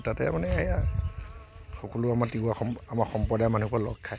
তাতে মানে সেয়া সকলো আমাৰ তিৱা সম আমাৰ সম্প্ৰদায়ৰ মানুহসোপা লগ খায়